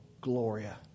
gloria